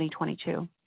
2022